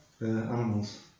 Animals